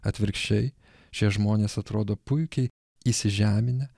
atvirkščiai šie žmonės atrodo puikiai įsižeminę